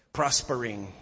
prospering